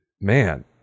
Man